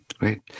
right